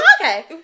Okay